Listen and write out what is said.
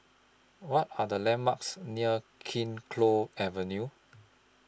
What Are The landmarks near Kee Choe Avenue